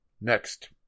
next